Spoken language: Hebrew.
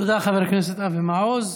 תודה, חבר הכנסת אבי מעוז.